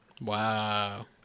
Wow